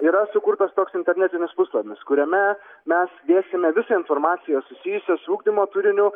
yra sukurtas toks internetinis puslapis kuriame mes dėsime visą informaciją susijusią su ugdymo turiniu